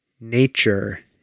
nature